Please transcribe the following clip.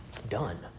done